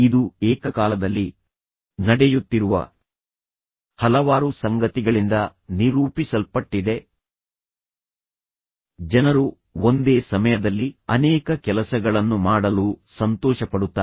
ಇದು ಏಕಕಾಲದಲ್ಲಿ ನಡೆಯುತ್ತಿರುವ ಹಲವಾರು ಸಂಗತಿಗಳಿಂದ ನಿರೂಪಿಸಲ್ಪಟ್ಟಿದೆ ಜನರು ಒಂದೇ ಸಮಯದಲ್ಲಿ ಅನೇಕ ಕೆಲಸಗಳನ್ನು ಮಾಡಲು ಸಂತೋಷಪಡುತ್ತಾರೆ